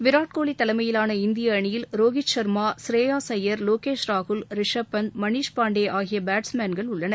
விராட்கோலி தலைமையிலான இந்திய அணியில் ரோஹித் ஷா்மா ஸ்ரேயாஸ் அய்யா் லோகேஷ் ராகுல் ரிஷப் பண்ட் மணிஷ் பாண்டே ஆகிய பேட்ஸ்மேன்கள் உள்ளனர்